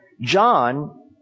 John